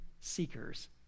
seekers